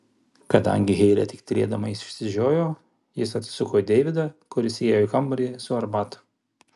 kadangi heilė tik tylėdama išsižiojo jis atsisuko į deividą kuris įėjo į kambarį su arbata